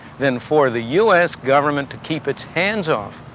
than for the u s. government to keep its hands off,